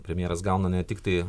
premjeras gauna ne tiktai